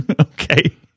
Okay